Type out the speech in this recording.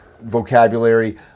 vocabulary